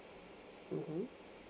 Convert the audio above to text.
mmhmm